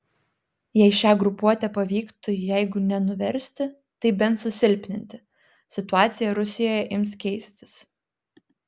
jei šią grupuotę pavyktų jeigu ne nuversti tai bent susilpninti situacija rusijoje ims keistis